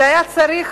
שהיה צריך